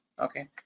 okay